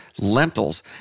lentils